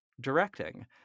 Directing